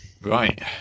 Right